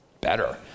better